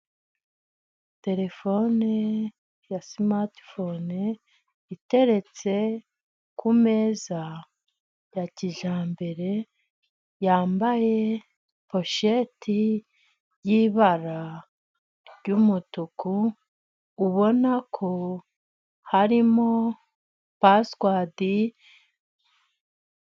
Terefone ya simatifone iteretse ku meza ya kijyambere yambaye posheti y'ibara ry'umutuku ubona ko harimo pasuwadi.